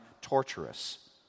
torturous